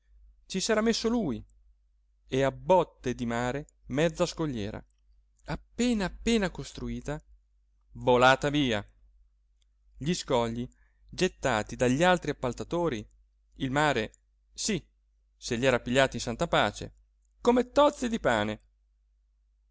ci s'era messo lui e a bòtte di mare mezza scogliera appena appena costruita volata via gli scogli gettati dagli altri appaltatori il mare sí se li era pigliati in santa pace come tozzi di pane